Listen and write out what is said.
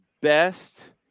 best